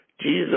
Jesus